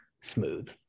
smooth